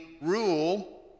rule